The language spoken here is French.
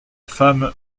femme